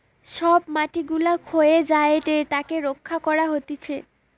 সব মাটি গুলা ক্ষয়ে যায়েটে তাকে রক্ষা করা হতিছে